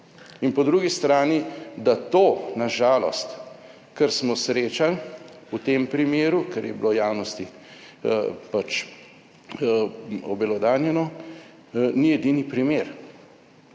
In po drugi strani, da to na žalost, kar smo srečali v tem primeru, kar je bilo v javnosti pač obelodanjeno, ni edini primer.